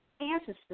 answers